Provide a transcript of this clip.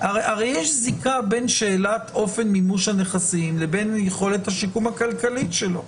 הרי יש זיקה בין שאלת אופן מימוש הנכסים לבין יכולת השיקום הכלכלית שלו.